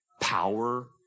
power